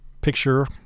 picture